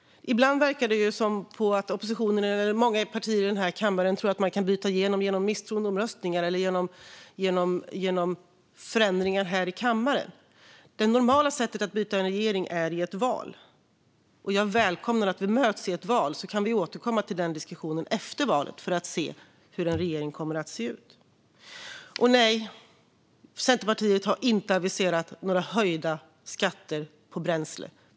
Ibland verkar det som att oppositionen, eller många partier i den här kammaren, tror att man kan bryta igenom via misstroendeomröstningar eller förändringar här i kammaren. Det normala sättet att byta regering är ett val. Jag välkomnar att vi möts vid valet. Diskussionen om hur regeringen ska se ut kan vi återkomma till efter valet. Nej, Centerpartiet har inte aviserat några höjda skatter på bränsle.